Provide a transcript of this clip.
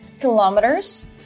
kilometers